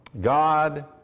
God